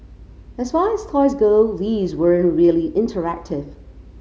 as far as toys go these weren't really interactive